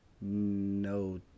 No